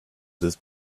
this